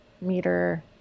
meter